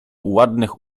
ładnych